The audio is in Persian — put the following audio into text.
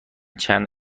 چند